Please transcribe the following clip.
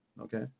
okay